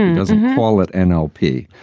and doesn't call it an lp,